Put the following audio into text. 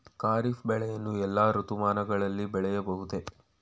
ಖಾರಿಫ್ ಬೆಳೆಯನ್ನು ಎಲ್ಲಾ ಋತುಮಾನಗಳಲ್ಲಿ ಬೆಳೆಯಬಹುದೇ?